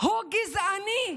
הוא גזעני,